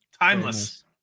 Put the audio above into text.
timeless